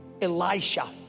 Elisha